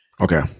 Okay